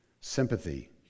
Sympathy